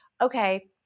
okay